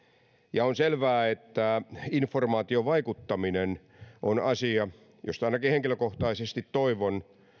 ja on selvää että informaatiovaikuttaminen on asia josta ainakin henkilökohtaisesti toivon